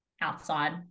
outside